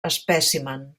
espècimen